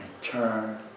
turn